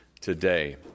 today